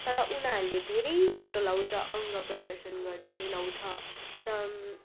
तर उनीहरूले धेरै छोटो लाउँछ अङ्ग प्रदर्शन गर्दै लाउँछ र